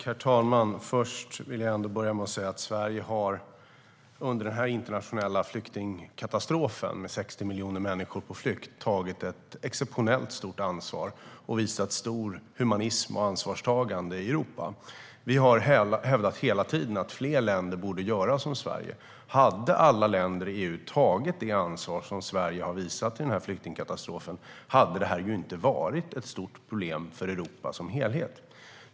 Herr talman! Jag vill börja med att säga att Sverige har under den internationella flyktingkatastrofen med 60 miljoner människor på flykt tagit ett exceptionellt stort ansvar och visat stor humanism och stort ansvarstagande i Europa. Vi har hela tiden hävdat att fler länder borde göra som Sverige. Hade alla länder i EU tagit det ansvar som Sverige har visat i den här flyktingkatastrofen hade detta inte varit ett stort problem för Europa som helhet.